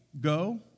go